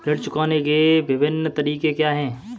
ऋण चुकाने के विभिन्न तरीके क्या हैं?